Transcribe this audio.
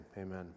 Amen